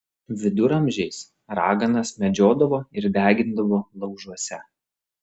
viduramžiais raganas medžiodavo ir degindavo laužuose